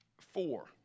Four